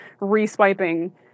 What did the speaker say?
re-swiping